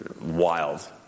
wild